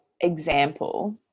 example